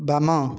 ବାମ